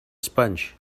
sponge